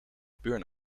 burn